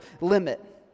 limit